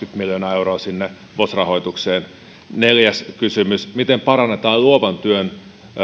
miljoonaa euroa sinne vos rahoitukseen neljäs kysymys miten parannetaan luovan työn